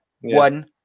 One